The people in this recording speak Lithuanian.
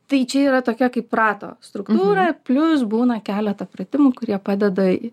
tai čia yra tokia kaip rato struktūra plius būna keletą pratimų kurie padeda